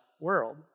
world